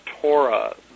Torah